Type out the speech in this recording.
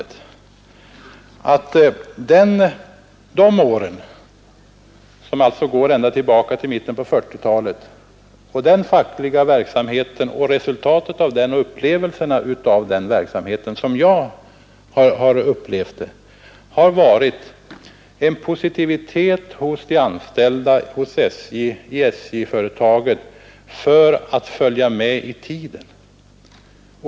Vad jag har upplevt under de åren — som alltså går tillbaka ända till mitten av 1940-talet — i den fackliga verksamheten har visat mig att det finns en positiv vilja hos SJ-företaget och de anställda att följa med i tiden.